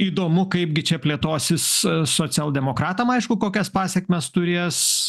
įdomu kaipgi čia plėtosis socialdemokratam aišku kokias pasekmes turės